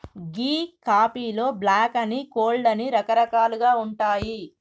గీ కాఫీలో బ్లాక్ అని, కోల్డ్ అని రకరకాలుగా ఉంటాయి